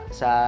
sa